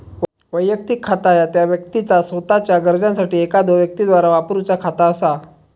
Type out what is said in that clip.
वैयक्तिक खाता ह्या त्या व्यक्तीचा सोताच्यो गरजांसाठी एखाद्यो व्यक्तीद्वारा वापरूचा खाता असा